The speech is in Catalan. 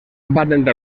patentar